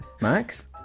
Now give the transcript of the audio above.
Max